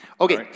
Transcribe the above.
Okay